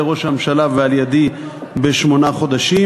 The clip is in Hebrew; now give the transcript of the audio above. ראש הממשלה ועל-ידי בשמונה חודשים,